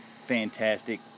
fantastic